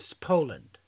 Poland